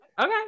Okay